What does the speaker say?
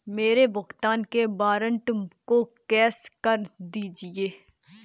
मेरे भुगतान के वारंट को कैश कर दीजिए